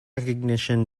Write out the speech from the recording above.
recognition